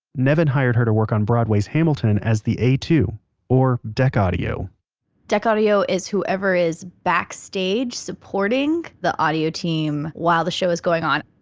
nevin hired her to work on broadway's hamilton as the a two or deck audio deck audio is whoever is backstage supporting the audio team while the show is going on.